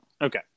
Okay